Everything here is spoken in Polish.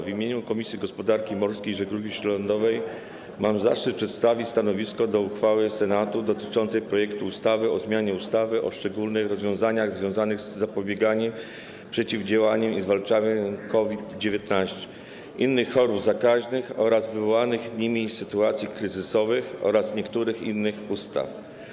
W imieniu Komisji Gospodarki Morskiej i Żeglugi Śródlądowej mam zaszczyt przedstawić stanowisko w sprawie uchwały Senatu dotyczącej projektu ustawy o zmianie ustawy o szczególnych rozwiązaniach związanych z zapobieganiem, przeciwdziałaniem i zwalczaniem COVID-19, innych chorób zakaźnych oraz wywołanych nimi sytuacji kryzysowych oraz niektórych innych ustaw.